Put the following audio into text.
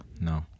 no